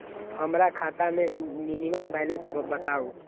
हमरा खाता में मिनिमम बैलेंस बताहु?